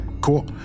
cool